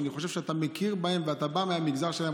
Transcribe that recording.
שאני חושב שאתה מכיר בהן ואתה בא מהמגזר שלהן,